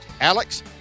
Alex